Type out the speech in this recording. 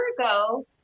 ago